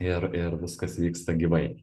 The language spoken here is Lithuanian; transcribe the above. ir ir viskas vyksta gyvai